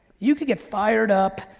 you could get fired up,